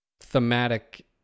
thematic